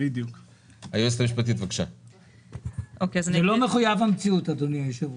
זה לא מחויב המציאות, אדוני היושב-ראש.